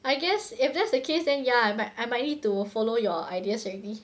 I guess if that's the case then ya I might I might need to follow your ideas already